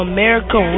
America